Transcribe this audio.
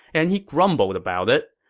and he grumbled about it.